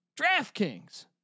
DraftKings